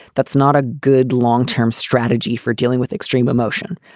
that's not a good long term strategy for dealing with extreme emotion.